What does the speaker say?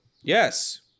yes